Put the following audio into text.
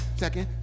second